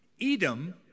Edom